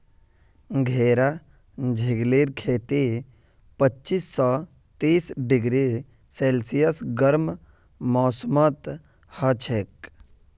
घेरा झिंगलीर खेती पच्चीस स तीस डिग्री सेल्सियस गर्म मौसमत हछेक